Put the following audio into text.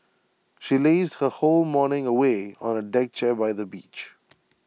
she lazed her whole morning away on A deck chair by the beach